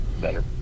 better